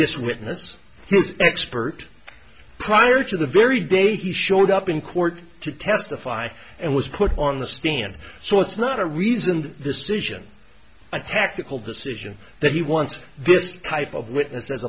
this witness expert prior to the very day he showed up in court to testify and was put on the stand so not it's not a reasoned decision a tactical decision that he wants this type of witness as